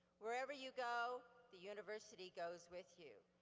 wherever you go, the university goes with you.